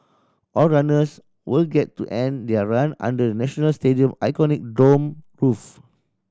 all runners will get to end their run under the National Stadium iconic domed roof